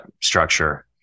structure